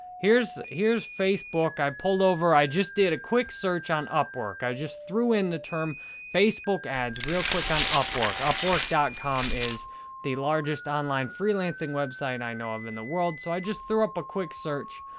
here's here's facebook. i pulled over, i just did a quick search on upwork. i just threw in the term facebook ads real quick on upwork. upwork dot com is the largest online freelancing website i know of in the world, so i just threw up a quick search.